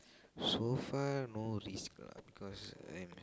so far no risk lah cause I'm